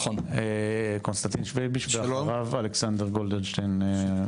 קונסטנטין שווביש ואחריו אלכסנדר גולדשטיין.